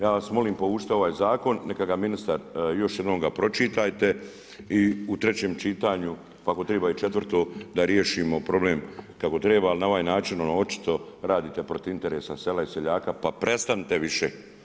Ja vas molim povucite ova zakon, neka ga ministar, još jednom ga pročitajte i u trećem čitanjem, ako treba i četvrto, da riješimo problem kako treba, ali na ovaj način, očito, radite protiv interesa sela i seljaka, pa prestanite više.